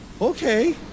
Okay